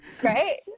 Great